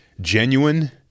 genuine